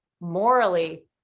morally